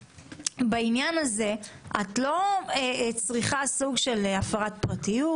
בעניין הזה את לא צריכה סוג של הפרת פרטיות,